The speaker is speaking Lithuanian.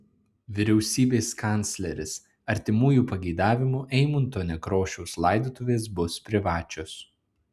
vyriausybės kancleris artimųjų pageidavimu eimunto nekrošiaus laidotuvės bus privačios